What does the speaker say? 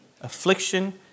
affliction